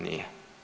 Nije.